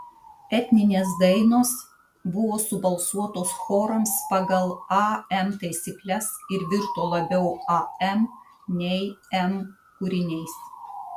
etninės dainos buvo subalsuotos chorams pagal am taisykles ir virto labiau am nei em kūriniais